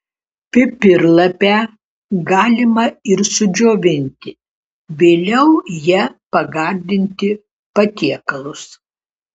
pipirlapę galima ir sudžiovinti vėliau ja pagardinti patiekalus